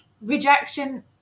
rejection